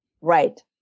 Right